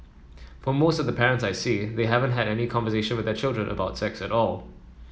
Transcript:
for most of the parents I see they haven't had any conversation with their children about sex at all